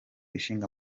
ishinga